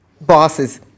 bosses